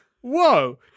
Whoa